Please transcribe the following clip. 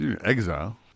Exile